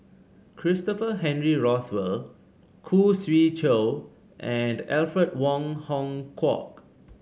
Christopher Henry Rothwell Khoo Swee Chiow and Alfred Wong Hong Kwok